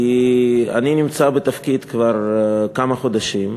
אני נמצא בתפקיד כבר כמה חודשים,